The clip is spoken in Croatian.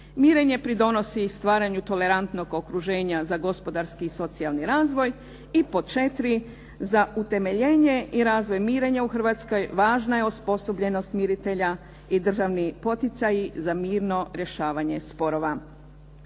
mirenje pridonosi stvaranju tolerantnog okruženja za gospodarski i socijalni razvoj. I pod 4, za utemeljenje i razvoj mirenja u Hrvatskoj važna je osposobljenost miritelja i državni poticaji za mirno rješavanje sporova.